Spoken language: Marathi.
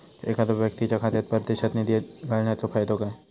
एखादो व्यक्तीच्या खात्यात परदेशात निधी घालन्याचो फायदो काय?